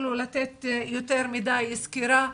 כאילו לתת יותר מדי סקירה.